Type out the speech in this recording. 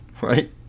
Right